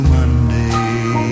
Monday